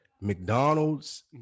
McDonald's